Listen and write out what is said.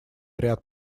ряд